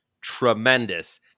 tremendous